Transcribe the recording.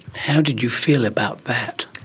how did you feel about that?